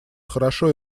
хорошо